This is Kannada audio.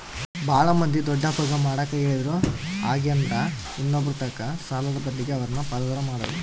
ಬಾಳ ಮಂದಿ ದೊಡ್ಡಪ್ಪಗ ಮಾಡಕ ಹೇಳಿದ್ರು ಹಾಗೆಂದ್ರ ಇನ್ನೊಬ್ಬರತಕ ಸಾಲದ ಬದ್ಲಗೆ ಅವರನ್ನ ಪಾಲುದಾರ ಮಾಡೊದು